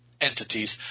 entities